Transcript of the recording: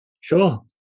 Sure